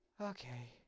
Okay